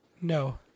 No